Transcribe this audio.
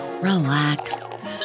relax